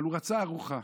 אבל הוא רצה ארוחה.